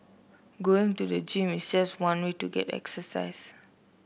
going to the gym is just one way to get exercise